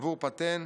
עבור פטן,